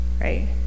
right